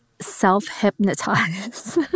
self-hypnotize